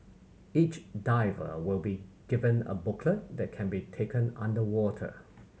each diver will be given a booklet that can be taken underwater